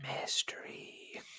Mystery